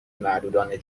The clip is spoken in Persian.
معلولان